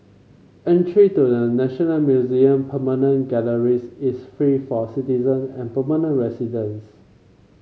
entry to the National Museum permanent galleries is free for citizen and permanent residents